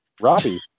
Robbie